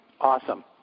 Awesome